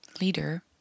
leader